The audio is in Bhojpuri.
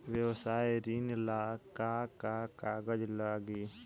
व्यवसाय ऋण ला का का कागज लागी?